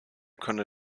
könne